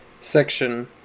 Section